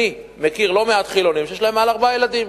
אני מכיר לא מעט חילונים שיש להם מעל ארבעה ילדים,